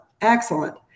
excellent